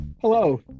Hello